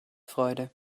freude